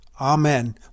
Amen